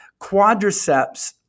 quadriceps